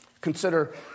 Consider